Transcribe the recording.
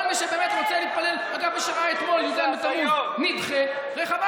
עוד משפט אחרון, הפריעו לי, אדוני היושב-ראש.